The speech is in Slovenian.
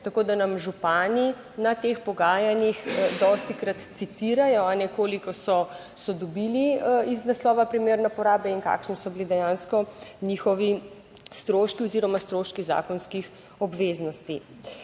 tako da nam župani na teh pogajanjih dostikrat citirajo, koliko so dobili iz naslova primerne porabe in kakšni so bili dejansko njihovi stroški oziroma stroški zakonskih obveznosti.